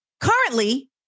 Currently